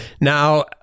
Now